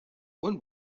one